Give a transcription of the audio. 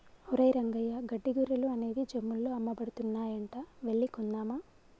ఒరేయ్ రంగయ్య గడ్డి గొర్రెలు అనేవి జమ్ముల్లో అమ్మబడుతున్నాయంట వెళ్లి కొందామా